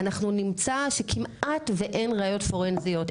אנחנו נמצא שכמעט ואין ראיות פורנזיות,